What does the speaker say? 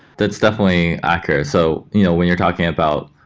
that's definitely accurate. so you know when you're talking about,